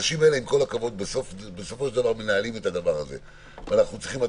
זה